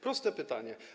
Proste pytanie.